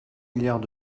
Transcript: milliards